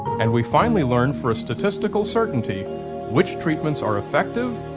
and we finally learn for a statistical certainty which treatments are effective,